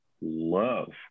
love